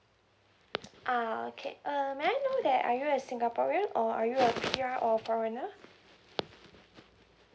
uh okay um may I know that are you a singaporean or are you a P_R or foreigner